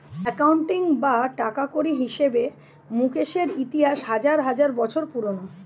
accounting বা টাকাকড়ির হিসেবে মুকেশের ইতিহাস হাজার হাজার বছর পুরোনো